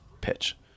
pitch